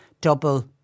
double